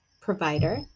provider